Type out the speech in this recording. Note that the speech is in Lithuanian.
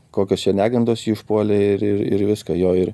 kokios čia negandos jį užpuolė ir ir ir viską jo ir